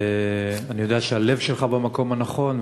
אני יודע שהלב שלך במקום הנכון,